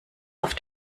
auf